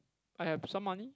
I have some money